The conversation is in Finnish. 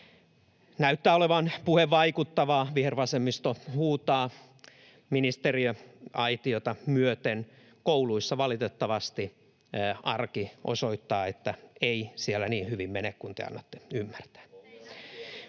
Näyttää olevan puhe vaikuttavaa, vihervasemmisto huutaa ministeriaitiota myöten. Kouluissa valitettavasti arki osoittaa, että ei siellä niin hyvin mene kuin te annatte ymmärtää.